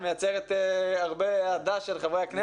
אני לא יודע אם דובר על הסטודנטים בעלי מוגבלויות.